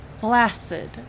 blasted